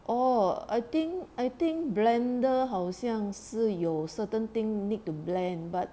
orh I think I think blender 好像是有 certain thing need to blend but